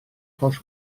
holl